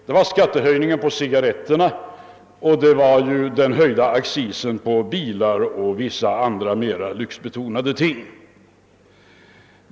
Det var skattehöjningen på cigarretterna, och det var den höjda accisen på bilar och andra mera lyxbetonade ting.